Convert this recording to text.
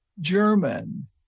german